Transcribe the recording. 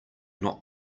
not